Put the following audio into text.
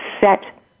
set